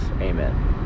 Amen